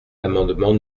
l’amendement